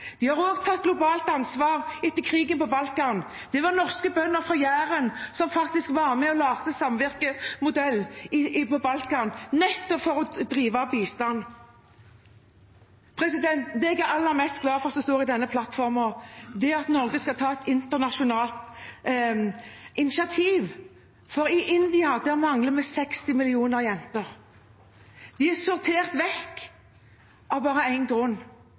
norsk landbruk og tatt nye utfordringer. Vi har også tatt et globalt ansvar etter krigen på Balkan. Norske bønder fra Jæren var med og laget samvirkemodellen på Balkan, nettopp for å drive bistand. Det jeg er aller mest glad for som står i denne plattformen, er at Norge skal ta et internasjonalt initiativ – for i India mangler vi 60 millioner jenter. De er sortert vekk av én grunn